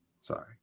sorry